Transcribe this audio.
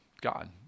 God